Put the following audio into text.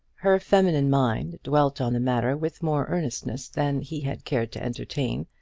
her feminine mind dwelt on the matter with more earnestness than he had cared to entertain,